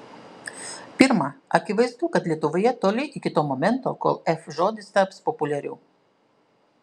pirma akivaizdu kad lietuvoje toli iki to momento kol f žodis taps populiariu